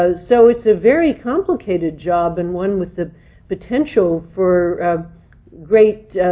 so so it's a very complicated job, and one with the potential for great